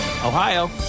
Ohio